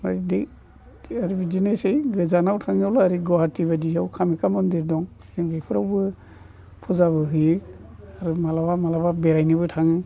ओमफ्राय दै दि आरो बिदिनोसै गोजानाव थाङोब्ला आरो गुवाहाटि बायदियाव कामाख्या मन्दिर दं जों बेफोरावबो फुजाबो होयो आरो माब्लाबा माब्लाबा बेरायनोबो थाङो